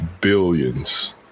billions